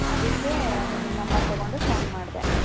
ಅದಕ್ಕೆ ನಿಮಗೆ ನಂಬರ್ ತೊಗೊಂಡು ಫೋನ್ ಮಾಡಿದೆ